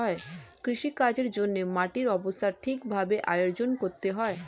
কৃষিকাজের জন্যে মাটির অবস্থা ঠিক ভাবে আয়োজন করতে হয়